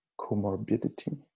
comorbidity